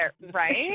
right